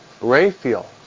Raphael